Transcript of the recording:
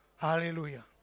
Hallelujah